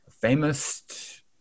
Famous